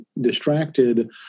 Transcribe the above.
distracted